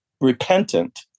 repentant